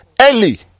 early